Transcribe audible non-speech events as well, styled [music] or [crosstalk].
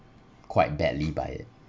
quite badly [noise] by it